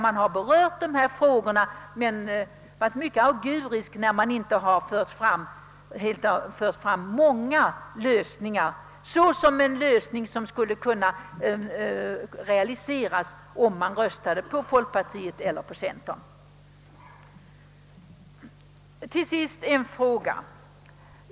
Man har berört frågorna mycket auguriskt men låtsat som om lösningar fanns som kunde realiseras om väljarna röstade på folkpartiet eller centerpartiet.